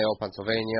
Pennsylvania